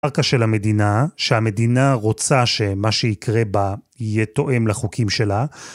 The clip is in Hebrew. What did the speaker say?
...של המדינה שהמדינה רוצה שמה שיקרה בה יהיה תואם לחוקים שלה